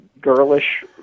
girlish